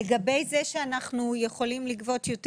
לגבי זה שאנחנו יכולים לגבות יותר